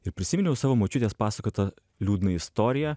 ir prisiminiau savo močiutės pasakotą liūdną istoriją